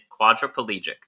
quadriplegic